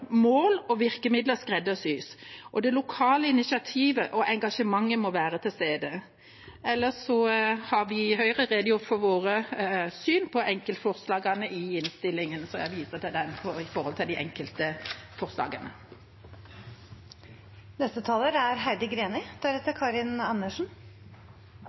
mål og virkemidler skreddersys, og det lokale initiativet og engasjementet må være til stede. Ellers har vi i Høyre redegjort for vårt syn på enkeltforslagene i innstillingen, så jeg viser til det når det gjelder de enkelte forslagene. En av de største utfordringene samfunnet vårt står overfor i dag, er